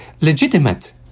legitimate